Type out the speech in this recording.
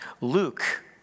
Luke